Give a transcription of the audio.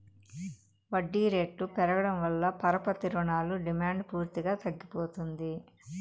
వడ్డీ రేట్లు పెరగడం వల్ల పరపతి రుణాల డిమాండ్ పూర్తిగా తగ్గిపోతుంది